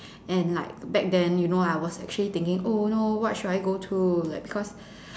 and like back then you know I was actually thinking oh no what should I go to like because